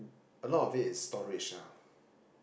a lot of it is storage ah